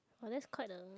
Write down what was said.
but that's quite a